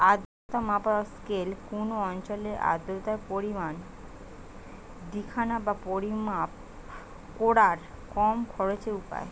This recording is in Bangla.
আর্দ্রতা মাপার স্কেল কুনো অঞ্চলের আর্দ্রতার পরিমাণ দিখানা বা পরিমাপ কোরার কম খরচের উপায়